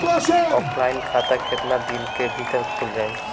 Offline खाता केतना दिन के भीतर खुल जाई?